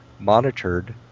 monitored